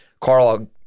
Carl